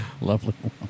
Lovely